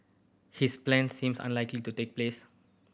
his plans seems unlikely to take place